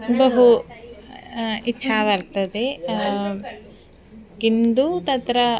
बहु इच्छा वर्तते किन्तु तत्र